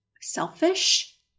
selfish